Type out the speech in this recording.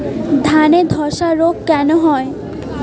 ধানে ধসা রোগ কেন হয়?